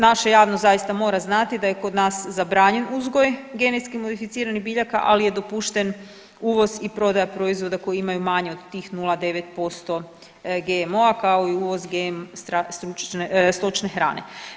Naša javnost zaista mora znati da je kod nas zabranjen uzgoj genetski modificiranih biljaka, ali je dopušten uvoz i prodaja proizvoda koji imaju manje od tih 0,9% GMO-a, kao i uvoz GM stočne hrane.